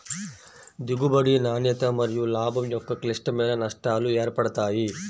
దిగుబడి, నాణ్యత మరియులాభం యొక్క క్లిష్టమైన నష్టాలు ఏర్పడతాయి